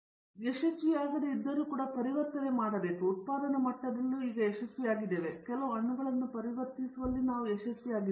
ವಿಶ್ವನಾಥನ್ ಸರಿ ನಾವು ಯಶಸ್ವಿಯಾಗದೆ ಇದ್ದರೂ ಕೂಡಾ ಪರಿವರ್ತನೆ ಮಾಡುವುದು ಉತ್ಪಾದನಾ ಮಟ್ಟದಲ್ಲಿ ಈಗಲೂ ಯಶಸ್ವಿಯಾಗಿದೆ ಆದರೆ ಕೆಲವು ಅಣುಗಳನ್ನು ಪರಿವರ್ತಿಸುವಲ್ಲಿ ನಾವು ಯಶಸ್ವಿಯಾಗಿದ್ದೇವೆ